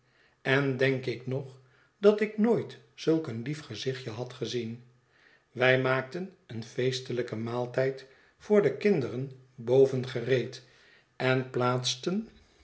en denk ik nog dat ik nooit zulk een lief gezichtje had gezien wij maakten een feestelijken maaltijd voor de kinderen boven gereed en plaatsten